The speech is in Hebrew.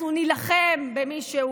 אנחנו נילחם במי שהוא